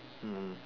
mm